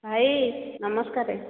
ଭାଇ ନମସ୍କାର